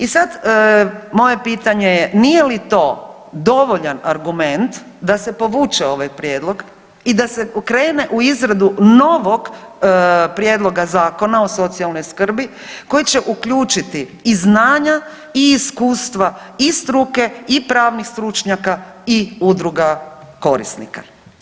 I sad moje pitanje je nije li to dovoljan argument da se povuče ovaj prijedlog i da se krene u izradu novog prijedloga Zakona o socijalnoj skrbi koji će uključiti i znanja i iskustva i struke i pravnih stručnjaka i udruga korisnika.